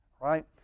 right